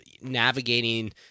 navigating